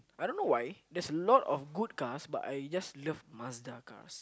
I don't know why there's a lot of good cars but I just love Mazda cars